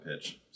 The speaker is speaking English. pitch